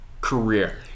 career